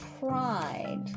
pride